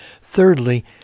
Thirdly